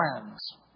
friends